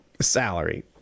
Salary